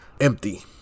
empty